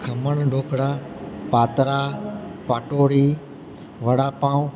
ખમણ ઢોકળા પાતરાં પાટોડી વડાપાઉં